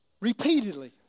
repeatedly